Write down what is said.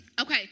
Okay